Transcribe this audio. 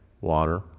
water